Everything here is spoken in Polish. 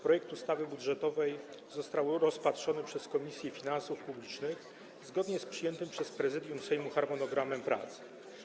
Projekt ustawy budżetowej został rozpatrzony przez Komisję Finansów Publicznych zgodnie z przyjętym przez Prezydium Sejmu harmonogramem prac.